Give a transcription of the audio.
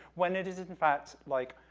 when it is, in fact, like,